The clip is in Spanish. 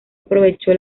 aprovechó